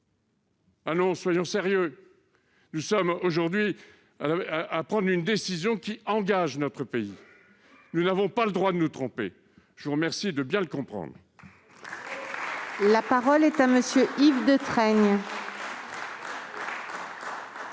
Soyons sérieux ! Nous en sommes, aujourd'hui, à prendre une décision qui engage notre pays, et nous n'avons pas le droit de nous tromper. Je vous remercie de bien vouloir le comprendre